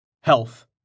Health